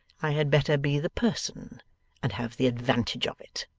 i had better be the person and have the advantage of it.